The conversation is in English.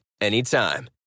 anytime